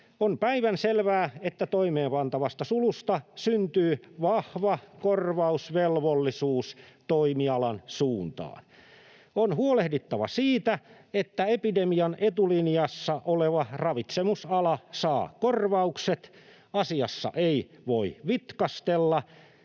On päivänselvää, että toimeenpantavasta sulusta syntyy vahva korvausvelvollisuus toimialan suuntaan. On huolehdittava siitä, että epidemian etulinjassa oleva ravitsemisala saa korvaukset. Asiassa ei voi vitkastella.